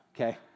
okay